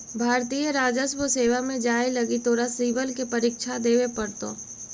भारतीय राजस्व सेवा में जाए लगी तोरा सिवल के परीक्षा देवे पड़तो